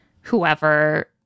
whoever